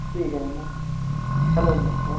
ठीक आहे मग चालेल ना सर